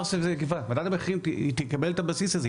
אתה --- אף אחד לא אמר שזה --- ועדת המחירים תקבל את הבסיס הזה,